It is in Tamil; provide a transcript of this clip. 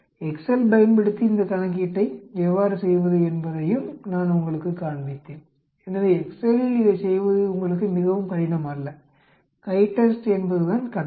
எக்செல் பயன்படுத்தி இந்த கணக்கீட்டை எவ்வாறு செய்வது என்பதையும் நான் உங்களுக்குக் காண்பித்தேன் எனவே எக்செல் இல் இதைச் செய்வது உங்களுக்கு மிகவும் கடினம் அல்ல CHITEST என்பதுதான் கட்டளை